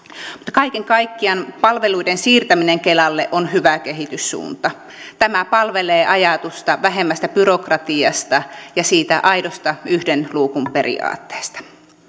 kaiken kaikkiaan palveluiden siirtäminen kelalle on hyvä kehityssuunta tämä palvelee ajatusta vähemmästä byrokratiasta ja siitä aidosta yhden luukun periaatteesta